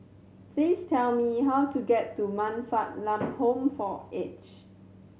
please tell me how to get to Man Fatt Lam Home for Aged